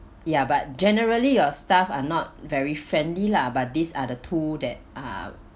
ya but generally your staff are not very friendly lah but these are the two that are